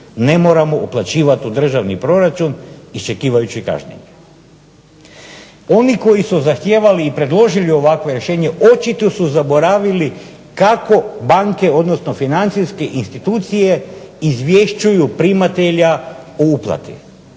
ne moramo uplaćivati u državni proračun iščekivajući …/Govornik se ne razumije./… Oni koji su zahtijevali i predložili ovakvo rješenje očito su zaboravili kako banke, odnosno financijske institucije izvješćuju primatelja o uplati.